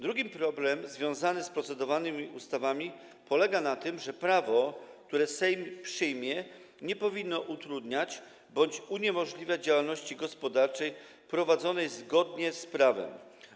Drugi problem związany z ustawami, nad którymi procedujemy, polega na tym, że prawo, które Sejm przyjmuje, nie powinno utrudniać bądź uniemożliwiać działalności gospodarczej prowadzonej zgodnie z prawem.